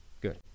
Good